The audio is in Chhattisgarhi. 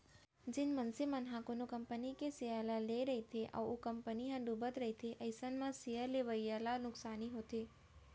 जेन मनसे मन ह कोनो कंपनी के सेयर ल लेए रहिथे अउ ओ कंपनी ह डुबत रहिथे अइसन म अइसन म सेयर लेवइया ल नुकसानी होथे